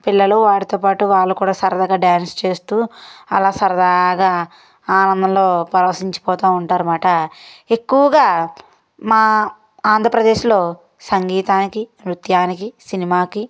పిల్లలు వారితో పాటు వాళ్ళు కూడా సరదాగా డాన్స్ చేస్తూ అలా సరదాగా ఆనందంలో పరవశించిపోతూ ఉంటారన్నమాట ఎక్కువగా మా ఆంధ్రప్రదేశ్లో సంగీతానికి నృత్యానికి సినిమాకి